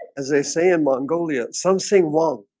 as they say in mongolia something wrong